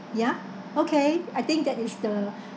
ya okay I think that is the